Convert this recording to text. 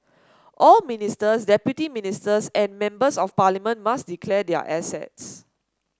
all ministers deputy ministers and members of parliament must declare their assets